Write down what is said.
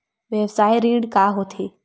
व्यवसाय ऋण का होथे?